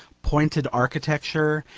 pointed architecture,